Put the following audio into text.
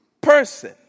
person